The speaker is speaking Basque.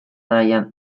nahian